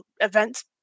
events